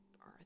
earth